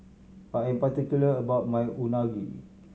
I am particular about my Unagi